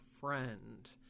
friend